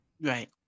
Right